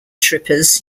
trippers